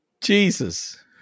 Jesus